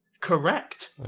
Correct